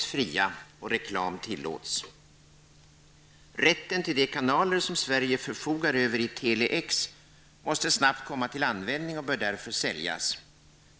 Tele-X måste snabbt komma till användning och bör därför säljas.